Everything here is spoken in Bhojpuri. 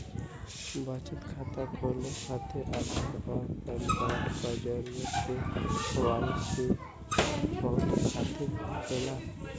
बचत खाता खोले खातिर आधार और पैनकार्ड क जरूरत के वाइ सी सबूत खातिर होवेला